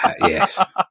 Yes